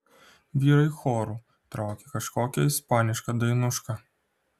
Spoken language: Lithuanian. vyrai choru traukė kažkokią ispanišką dainušką